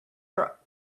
for